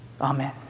Amen